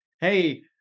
hey